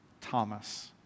Thomas